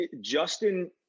Justin